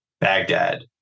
baghdad